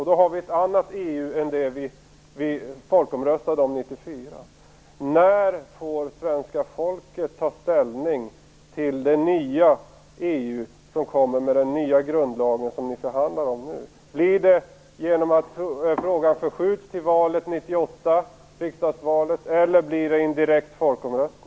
Då får vi ett annat EU än det vi folkomröstade om 1994. När får svenska folket ta ställning till det nya EU som kommer med den nya grundlagen som ni förhandlar om nu? Blir det genom att frågan förskjuts till riksdagsvalet 1998, eller blir det i en direkt folkomröstning?